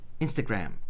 Instagram